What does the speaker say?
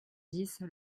dix